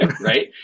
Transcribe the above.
right